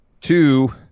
Two